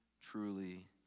truly